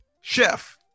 Chef